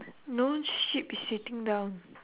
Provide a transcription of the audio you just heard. no sheep is sitting down